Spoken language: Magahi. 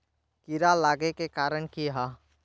कीड़ा लागे के कारण की हाँ?